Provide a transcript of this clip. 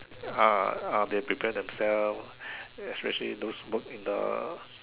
ah ah prepare themselves especially those who work in the